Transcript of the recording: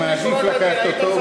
אני מעדיף לקחת אותו,